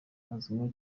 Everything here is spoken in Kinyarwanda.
azwimo